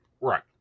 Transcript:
right